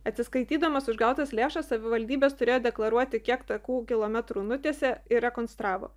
atsiskaitydamas už gautas lėšas savivaldybės turėjo deklaruoti kiek takų kilometrų nutiesė ir rekonstravo